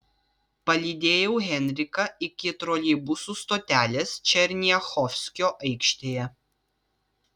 palydėjau henriką iki troleibusų stotelės černiachovskio aikštėje